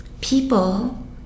people